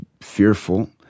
fearful